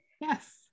Yes